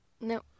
No